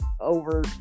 over